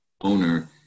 owner